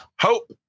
Hope